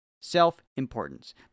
self-importance